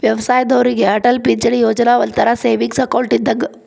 ವಯ್ಯಸ್ಸಾದೋರಿಗೆ ಅಟಲ್ ಪಿಂಚಣಿ ಯೋಜನಾ ಒಂಥರಾ ಸೇವಿಂಗ್ಸ್ ಅಕೌಂಟ್ ಇದ್ದಂಗ